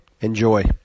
Enjoy